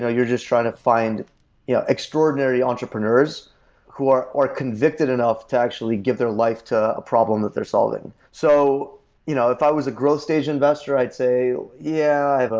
you're just trying to find yeah extraordinary entrepreneurs who are are convicted enough to actually give their life to a problem that they're solving. so you know if i was a growth stage investor, i'd say, yeah,